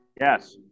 Yes